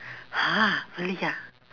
!huh! really ah